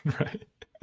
Right